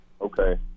Okay